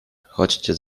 chodźcie